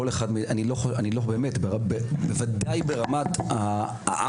שמדובר פה במצב של דאגה אותנטית,